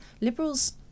Liberals